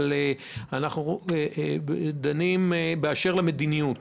אנחנו יותר דנים באשר למדיניות.